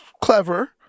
clever